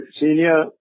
Senior